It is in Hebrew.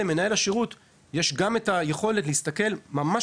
למנהל השירות יש גם את היכולת להסתכל - ממש